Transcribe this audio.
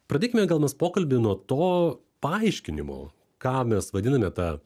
pradėkime gal mes pokalbį nuo to paaiškinimo ką mes vadiname ta